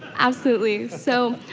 absolutely. so,